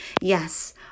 Yes